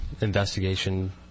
investigation